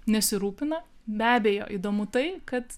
nesirūpina be abejo įdomu tai kad